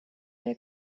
der